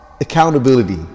accountability